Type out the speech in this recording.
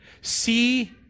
see